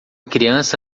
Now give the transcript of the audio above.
criança